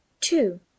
two